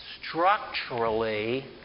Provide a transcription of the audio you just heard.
structurally